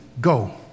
go